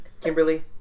Kimberly